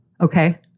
okay